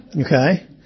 okay